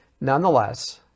nonetheless